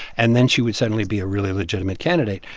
and then she would suddenly be a really legitimate candidate.